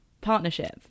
partnership